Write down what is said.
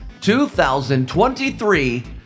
2023